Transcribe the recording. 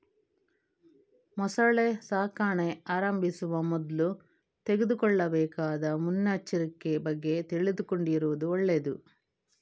ಮೊಸಳೆ ಸಾಕಣೆ ಆರಂಭಿಸುವ ಮೊದ್ಲು ತೆಗೆದುಕೊಳ್ಳಬೇಕಾದ ಮುನ್ನೆಚ್ಚರಿಕೆ ಬಗ್ಗೆ ತಿಳ್ಕೊಂಡಿರುದು ಒಳ್ಳೇದು